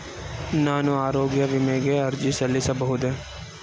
ನಾನು ಆರೋಗ್ಯ ವಿಮೆಗೆ ಅರ್ಜಿ ಸಲ್ಲಿಸಬಹುದೇ?